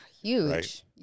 Huge